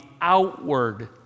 outward